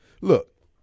Look